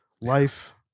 life